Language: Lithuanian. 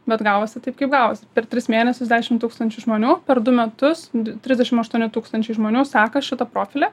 bet gavosi taip kaip gavosi per tris mėnesius dešim tūkstančių žmonių per du metus trisdešim aštuoni tūkstančiai žmonių seka šitą profilį